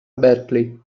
berkeley